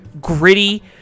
gritty